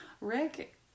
Rick